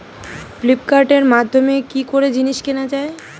ফ্লিপকার্টের মাধ্যমে কি করে জিনিস কেনা যায়?